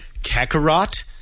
Kakarot